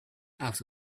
out